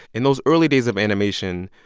in those early days of animation,